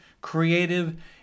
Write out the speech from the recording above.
creative